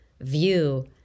view